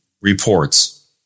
reports